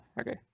okay